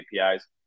APIs